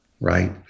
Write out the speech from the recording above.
right